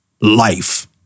life